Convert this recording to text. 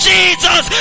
Jesus